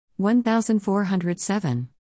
1407